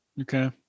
Okay